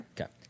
Okay